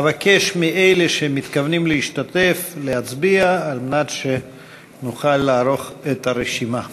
אבקש מאלה שמתכוונים להשתתף להצביע על מנת שנוכל לערוך את הרשימה.